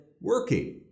working